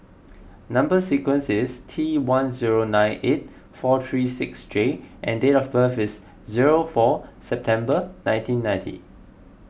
Number Sequence is T one zero nine eight four three six J and date of birth is zero four September nineteen ninty